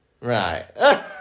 Right